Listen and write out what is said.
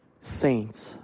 saints